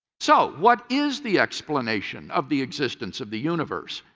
so, what is the explanation of the existence of the universe,